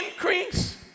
increase